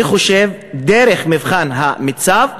אני חושב, דרך מבחן המיצ"ב,